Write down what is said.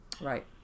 Right